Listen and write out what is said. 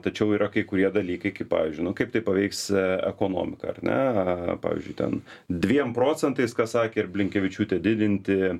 tačiau yra kai kurie dalykai kaip pavyzdžiui kaip tai paveiks ekonomiką ar ne pavyzdžiui ten dviem procentais ką sakė ir blinkevičiūtė didinti